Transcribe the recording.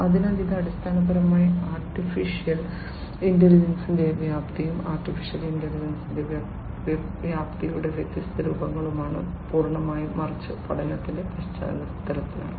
അതിനാൽ ഇത് അടിസ്ഥാനപരമായി ആർട്ടിഫിഷ്യൽ ഇന്റലിജൻസിന്റെ വ്യാപ്തിയും ആർട്ടിഫിഷ്യൽ ഇന്റലിജൻസിന്റെ വ്യാപ്തിയുടെ വ്യത്യസ്ത രൂപങ്ങളുമാണ് പൂർണ്ണമായും മറിച്ച് പഠനത്തിന്റെ പശ്ചാത്തലത്തിലാണ്